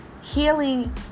healing